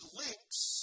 links